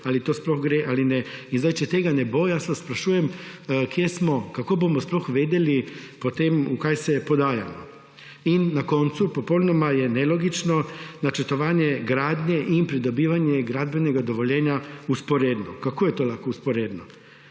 ali to sploh gre ali ne. Zdaj če tega ne bo, vas sprašujem, kje smo. Kako bomo sploh vedeli potem, v kaj se podajamo? In na koncu. Popolnoma je nelogično načrtovanje gradnje in pridobivanje gradbenega dovoljenja vzporedno. Kako je to lahko vzporedno?